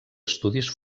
estudis